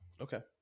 okay